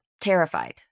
terrified